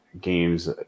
games